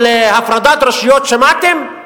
על הפרדת רשויות שמעתם?